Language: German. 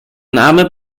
name